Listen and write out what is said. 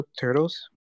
turtles